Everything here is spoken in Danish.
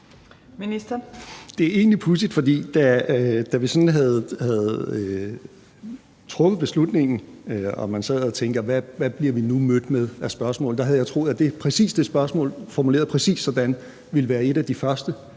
Det er egentlig pudsigt, for da vi sådan havde truffet beslutningen og sad og tænkte: Hvad bliver vi nu mødt med af spørgsmål? – troede jeg, at præcis det spørgsmål formuleret præcis sådan ville være et af de første,